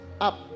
up